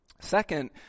Second